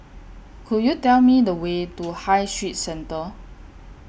Could YOU Tell Me The Way to High Street Centre